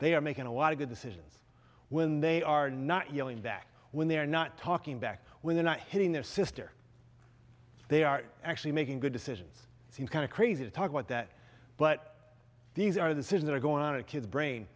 they are making a lot of good decisions when they are not yelling back when they are not talking back when they're not hitting their sister they are actually making good decisions seem kind of crazy to talk about that but these are the same that are going on a kid's brain